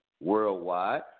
worldwide